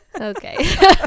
okay